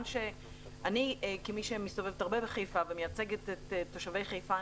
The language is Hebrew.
כמי שמסתובבת הרבה בחיפה ומייצגת את תושבי חיפה,